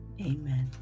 Amen